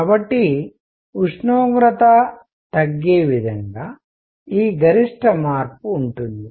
కాబట్టి ఉష్ణోగ్రత తగ్గే విధంగా ఈ గరిష్ట మార్పు ఉంటుంది